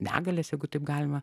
negalės jeigu taip galima